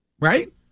right